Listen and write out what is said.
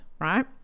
right